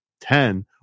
Ten